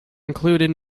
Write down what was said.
included